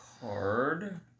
card